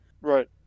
right